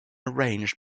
arranged